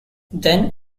then